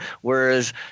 Whereas